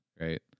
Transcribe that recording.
Right